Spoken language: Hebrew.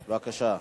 בבקשה.